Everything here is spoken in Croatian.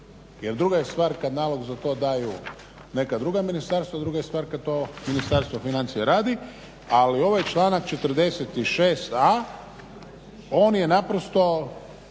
Jer druga je stvar kad nalog za to daju neka druga ministarstva, druga je stvar kad to Ministarstvo financija radi. Ali ovaj članak 46.a on je naprosto